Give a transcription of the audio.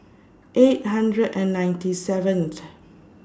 eight hundred and ninety seventh